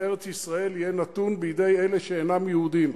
ארץ-ישראל יהיו נתונות בידי אלה שאינם יהודים.